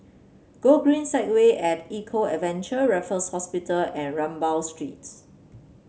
Gogreen Segway at Eco Adventure Raffles Hospital and Rambau Street